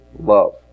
love